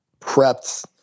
prepped